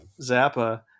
Zappa